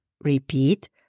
Repeat